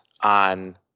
on